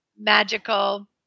Magical